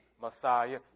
Messiah